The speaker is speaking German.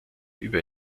über